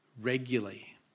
regularly